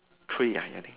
three uh I think